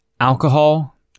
alcohol